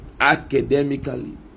academically